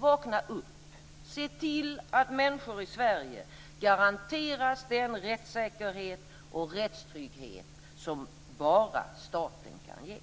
Vakna upp och se till att människor i Sverige garanteras den rättssäkerhet som rättstrygghet som bara staten kan ge!